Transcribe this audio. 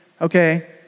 okay